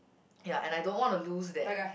okay lah and I don't want to lose that